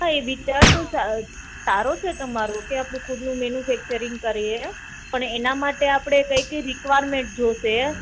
હા ઇ વિચારશુ સા સારો છે તમારૂ કે આપડુ ખુદ નુ મેન્યુફેક્ચરિંગ કરીએ પણ એના માટે આપડે કઈ કઈ રિક્વાયરમેંટ જોશે